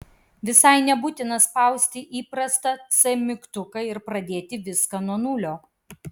visai nebūtina spausti įprastą c mygtuką ir pradėti viską nuo nulio